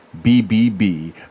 BBB